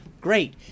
great